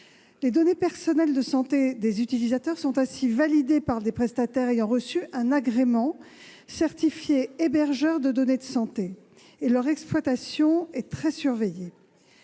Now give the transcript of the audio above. Les données personnelles de santé des utilisateurs sont ainsi validées par des prestataires ayant reçu un agrément certifié « hébergeur de données de santé » et leur exploitation est très surveillée.